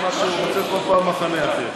הוא אמר שהוא רוצה כל פעם מחנה אחר.